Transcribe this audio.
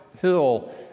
hill